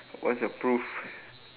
where's the proof